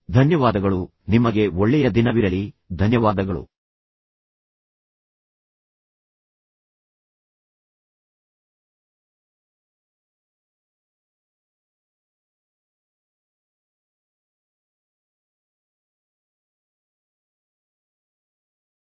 ಧನ್ಯವಾದಗಳು ನಿಮಗೆ ಒಳ್ಳೆಯ ದಿನವಿರಲಿ ಧನ್ಯವಾದಗಳು